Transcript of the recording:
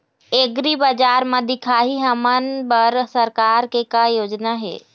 एग्रीबजार म दिखाही हमन बर सरकार के का योजना हे?